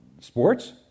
Sports